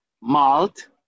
malt